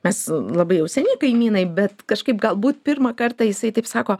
mes labai jau seniai kaimynai bet kažkaip galbūt pirmą kartą jisai taip sako